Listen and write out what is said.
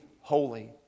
holy